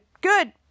good